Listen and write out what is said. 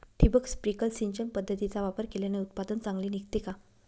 ठिबक, स्प्रिंकल सिंचन पद्धतीचा वापर केल्याने उत्पादन चांगले निघते का?